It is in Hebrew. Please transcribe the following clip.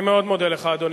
אני מאוד מודה לך, אדוני.